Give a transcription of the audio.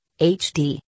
HD